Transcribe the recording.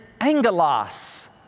angelos